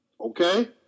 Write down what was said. Okay